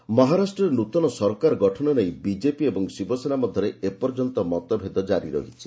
ମହା ପଲିଟିକ୍ସ ମହାରାଷ୍ଟ୍ରରେ ନୃତନ ସରକାର ଗଠନ ନେଇ ବିଜେପି ଏବଂ ଶିବସେନା ମଧ୍ୟରେ ଏ ପର୍ଯ୍ୟନ୍ତ ମତଭେଦ ଜାରି ରହିଛି